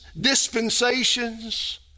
dispensations